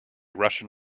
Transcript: russian